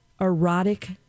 erotic